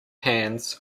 hands